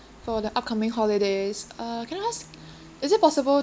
for the upcoming holidays uh can I ask is it possible